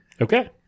Okay